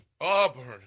Auburn